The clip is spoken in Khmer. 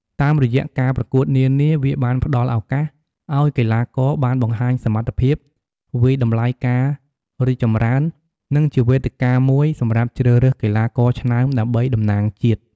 តាមរយះការប្រកួតនានា វាបានផ្តល់ឱកាសឲ្យកីឡាករបានបង្ហាញសមត្ថភាព វាយតម្លៃការរីកចម្រើន និងជាវេទិកាមួយសម្រាប់ជ្រើសរើសកីឡាករឆ្នើមដើម្បីតំណាងជាតិ។